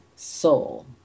soul